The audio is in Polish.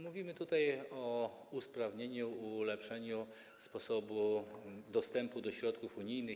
Mówimy tutaj o usprawnieniu, ulepszeniu sposobu dostępu do środków unijnych.